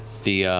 the